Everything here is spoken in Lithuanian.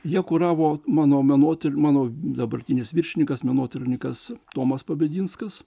ją kuravo mano menotyra mano dabartinis viršininkas menotyrininkas tomas pabedinskas